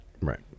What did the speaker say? Right